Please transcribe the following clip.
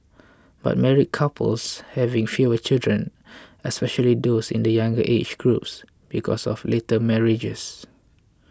but married couples are having fewer children especially those in the younger age groups because of later marriages